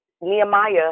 Nehemiah